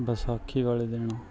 ਵਿਸ਼ਾਖੀ ਵਾਲੇ ਦਿਨ